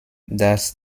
das